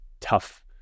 tough